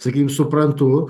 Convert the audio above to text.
sakykim suprantu